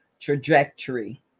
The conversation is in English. trajectory